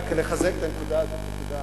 נחזק את הנקודה הזאת.